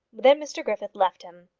then mr griffith left him.